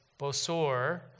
Bosor